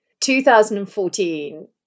2014